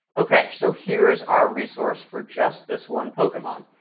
ok, so here is our resource for just this one pokemon.